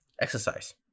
exercise